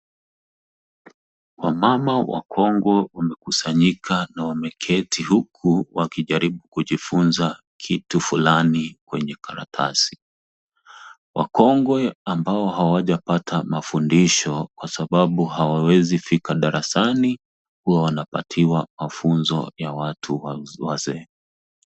Wamama wakongwe wamekusanyika na wameketi huku wakijaribu kujifunza kitu fulani kwenye karatasi. Wakongwe ambao hawajapata mafundisho kwa sababu hawawezi fika darasani huwa wanapatiwa mafunzo ya watu wazee.